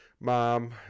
mom